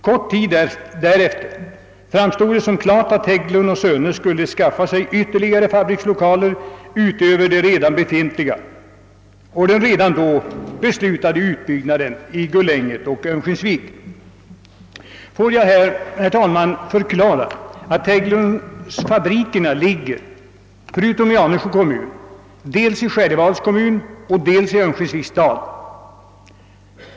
Kort tid därefter framstod det som klart att Hägglund & Söner skulle skaffa sig ytterligare fabrikslokaler utöver de befintliga och den redan då beslutade utbyggnaden i Gullänget och Örnsköldsvik. Låt mig, herr talman, nämna att Hägglund & Söners fabriker förutom i Anundsjö kommun ligger dels i Själevads kommun, dels i Örnsköldsviks stad.